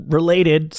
related